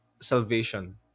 salvation